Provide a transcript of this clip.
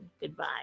Goodbye